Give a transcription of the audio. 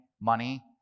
money